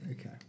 Okay